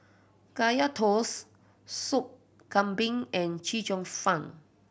Kaya Toast Soup Kambing and Chee Cheong Fun